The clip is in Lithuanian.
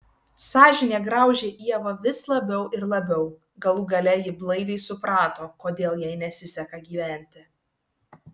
sąžinė graužė ievą vis labiau ir labiau galų gale ji blaiviai suprato kodėl jai nesiseka gyventi